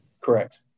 Correct